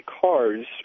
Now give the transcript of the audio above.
cars